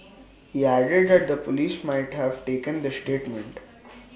he added that the Police might have taken this statement